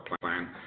plan